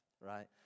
right